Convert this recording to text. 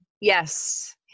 Yes